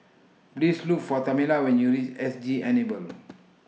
Please Look For Tamela when YOU REACH S G Enable